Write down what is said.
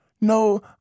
no